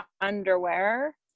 underwear